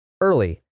early